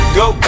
go